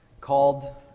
called